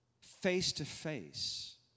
face-to-face